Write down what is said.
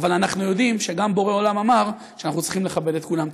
אבל אנחנו גם יודעים שבורא עולם אמר שאנחנו צריכים לכבד את כולם.